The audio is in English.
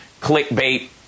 clickbait